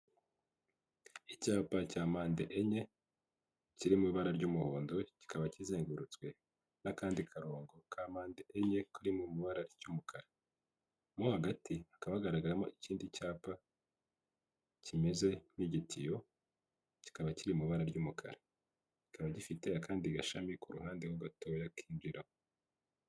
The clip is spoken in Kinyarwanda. Icyapa cya manda enye kiri mu ibara ry'umuhondo kikaba kizengurutswe n'akandi karongo ka mpande enye kari mu mu ibara ry'umukara. Mo hagati hakaba hagaragamo ikindi cyapa kimeze nk'igitiyo kikaba kiri mu ibara ry'umukara, kikaba gifite akandi gashami ku ruhande ho gatoya kinjiramo.